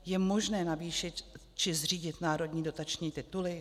Je možné zvýšit či zřídit národní dotační tituly?